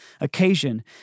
occasion